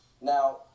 Now